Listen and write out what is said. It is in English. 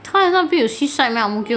她的那边有 seaside meh ang mo kio